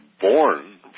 born